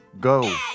Go